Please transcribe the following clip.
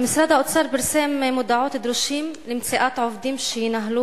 משרד האוצר פרסם מודעות "דרושים" למציאת עובדים שינהלו